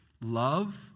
love